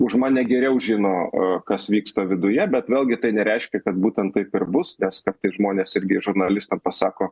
už mane geriau žino kas vyksta viduje bet vėlgi tai nereiškia kad būtent taip ir bus nes kartais žmonės irgi žurnalistam pasako